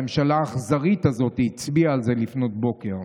הממשלה האכזרית הזאת הצביעה על זה לפנות בוקר.